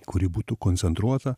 kuri būtų koncentruota